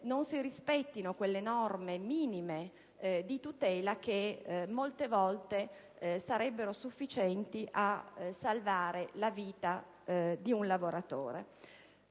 non si rispettino quelle norme minime di tutela che molte volte sarebbero sufficienti a salvare la vita di un lavoratore.